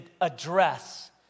address